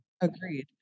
Agreed